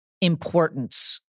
importance